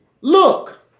look